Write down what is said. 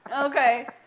Okay